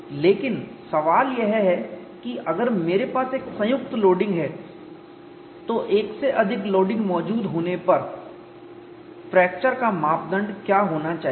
लेकिन सवाल यह है कि अगर मेरे पास एक संयुक्त लोडिंग है तो एक से अधिक लोडिंग मोड मौजूद होने पर फ्रैक्चर का मापदंड क्या होना चाहिए